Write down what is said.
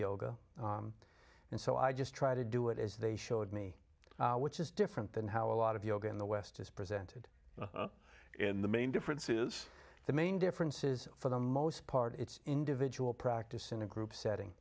yoga and so i just try to do it as they showed me which is different than how a lot of yoga in the west is presented in the main difference is the main differences for the most part it's individual practice in a group setting